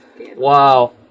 wow